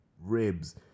ribs